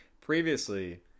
Previously